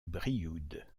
brioude